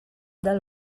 del